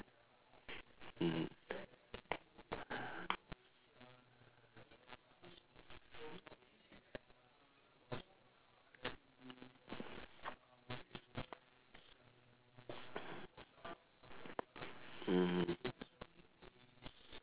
mm mmhmm